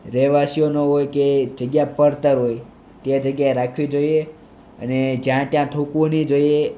રહેવાસીઓ ન હોય કે જગ્યા પડતર હોય તે જગ્યાએ રાખવી જોઈએ અને જ્યાં ત્યાં થૂકવું નહીં જોઈએ